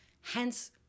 Hence